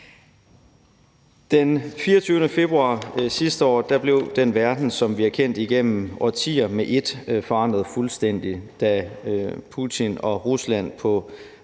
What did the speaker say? Den 24. februar sidste år blev den verden, som vi har kendt igennem årtier, med et forandret fuldstændig, da Putin og Rusland på